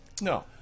No